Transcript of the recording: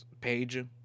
page